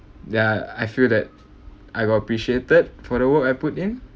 ya I feel that I got appreciated for the work I put in